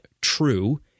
true